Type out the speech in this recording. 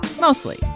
Mostly